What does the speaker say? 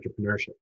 entrepreneurship